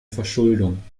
verschuldung